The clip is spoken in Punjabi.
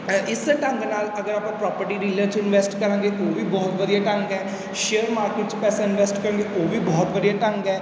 ਇਸ ਢੰਗ ਨਾਲ ਅਗਰ ਆਪਾਂ ਪ੍ਰੋਪਰਟੀ ਡੀਲਰ 'ਚ ਇਨਵੈਸਟ ਕਰਾਂਗੇ ਉਹ ਵੀ ਬਹੁਤ ਵਧੀਆ ਢੰਗ ਹੈ ਸ਼ੇਅਰ ਮਾਰਕੀਟ 'ਚ ਪੈਸਾ ਇਨਵੈਸਟ ਕਰਾਂਗੇ ਉਹ ਵੀ ਬਹੁਤ ਵਧੀਆ ਢੰਗ ਹੈ